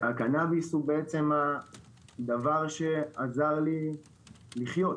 הקנביס הוא דבר שעזר לי לחיות.